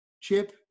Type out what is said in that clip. Chip